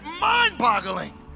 mind-boggling